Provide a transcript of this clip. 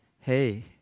hey